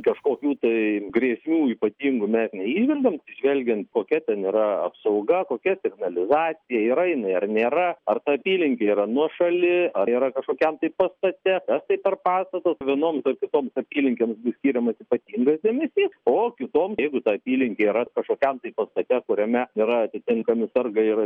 kažkokių tai grėsmių ypatingų mes neįžvelgiam atsižvelgiant kokia ten yra apsauga kokia signalizacija yra jinai ar nėra ar ta apylinkė yra nuošali ar yra kažkokiam tai pastate kas tai per pastatas vienoms ar kitoms apylinkėms bus skiriamas ypatingas dėmesys o kitom jeigu ta apylinkė yra kažkokiam tai pastate kuriame yra atitinkami sargai yra ir